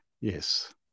Yes